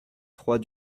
trois